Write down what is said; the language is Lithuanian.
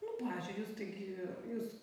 nu pavyzdžiui jūs tai gi jūs